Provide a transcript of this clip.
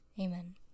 Amen